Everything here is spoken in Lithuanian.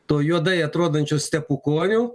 to juodai atrodančio stepukonio